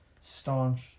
staunch